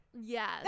Yes